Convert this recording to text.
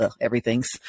everything's